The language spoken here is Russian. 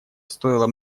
стоило